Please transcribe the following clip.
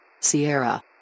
Sierra